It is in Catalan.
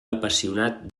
apassionat